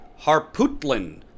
Harputlin